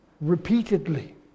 Repeatedly